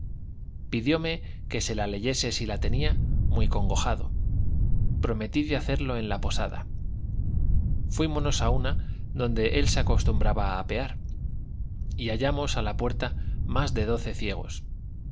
pidióme que se la leyese si la tenía muy congojado prometí de hacerlo en la posada fuímonos a una donde él se acostumbraba apear y hallamos a la puerta más de doce ciegos